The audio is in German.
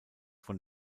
von